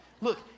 Look